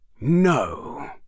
No